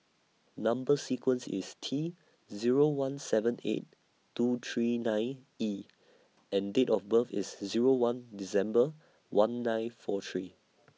Number sequence IS T Zero one seven eight two three nine E and Date of birth IS Zero one December one nine four three